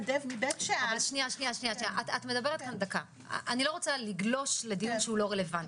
אני לא רוצה לגלוש לדיון שהוא לא רלוונטי.